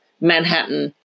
Manhattan